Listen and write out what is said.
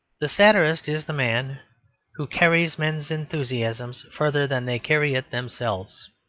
the satirist is the man who carries men's enthusiasm further than they carry it themselves.